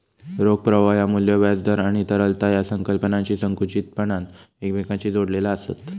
रोख प्रवाह ह्या मू्ल्य, व्याज दर आणि तरलता या संकल्पनांशी संकुचितपणान एकमेकांशी जोडलेला आसत